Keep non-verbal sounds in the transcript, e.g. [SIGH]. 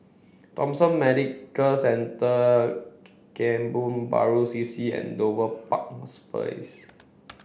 Thomson Medical Centre Kebun Baru C C and Dover [UNINTELLIGIBLE]